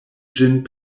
ĝin